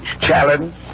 Challenge